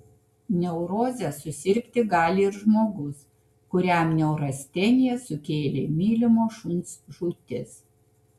neuroze susirgti gali ir žmogus kuriam neurasteniją sukėlė mylimo šuns žūtis